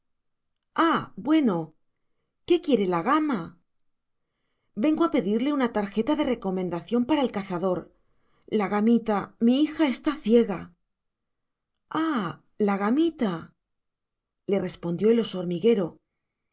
ah bueno qué quiere la gama vengo a pedirle una tarjeta de recomendación para el cazador la gamita mi hija está ciega ah la gamita le respondió el oso hormiguero